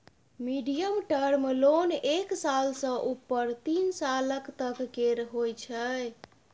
medium term loan एक साल सँ उपर तीन सालक तक केर होइ छै